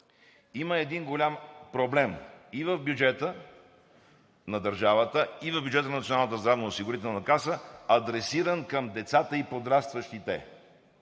има един голям проблем в бюджета на държавата и в бюджета на Националната здравноосигурителна каса, адресиран към децата и подрастващите.